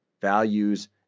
values